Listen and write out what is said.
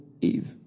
Eve